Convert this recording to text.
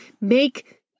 Make